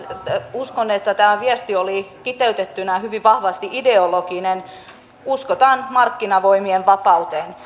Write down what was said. uskon että tähän viestiin oli kiteytettynä hyvin vahvasti ideologinen usko markkinavoimien vapauteen